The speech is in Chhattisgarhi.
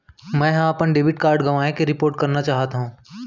मै हा अपन डेबिट कार्ड गवाएं के रिपोर्ट करना चाहत हव